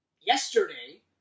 yesterday